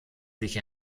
sich